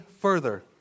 further